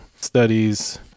studies